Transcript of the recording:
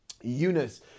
Eunice